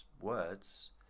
words